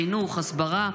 בחינוך ובהסברה.